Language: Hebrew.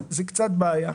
זה בעייתי.